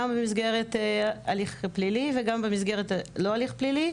גם במסגרת הליך פלילי וגם במסגרת לא הליך פלילי,